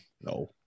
no